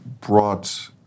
brought